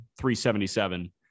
377